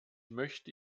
möchte